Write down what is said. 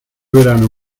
verano